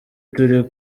turi